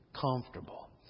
comfortable